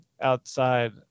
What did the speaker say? outside